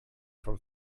vom